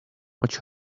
watch